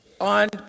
on